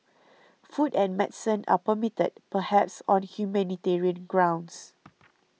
food and medicine are permitted perhaps on humanitarian grounds